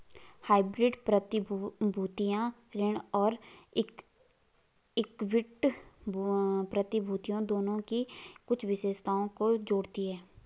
hybrid प्रतिभूतियां ऋण और इक्विटी प्रतिभूतियों दोनों की कुछ विशेषताओं को जोड़ती हैं